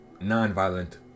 non-violent